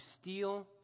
steal